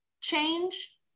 change